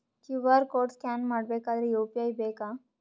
QR code scan ಮಾಡಬೇಕಾದರೆ UPI ಬೇಕಾ?